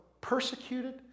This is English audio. persecuted